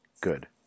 good